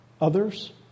others